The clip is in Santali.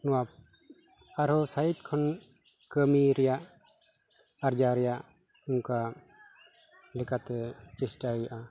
ᱱᱚᱣᱟ ᱟᱨᱦᱚᱸ ᱥᱟᱭᱤᱴ ᱠᱷᱚᱱ ᱠᱟᱹᱢᱤ ᱨᱮᱭᱟᱜ ᱟᱨᱡᱟᱣ ᱨᱮᱭᱟᱜ ᱚᱱᱠᱟ ᱞᱮᱠᱟᱛᱮ ᱪᱮᱥᱴᱟᱭ ᱦᱩᱭᱩᱜᱼᱟ